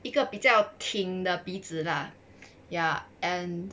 一个比较挺的鼻子 lah ya and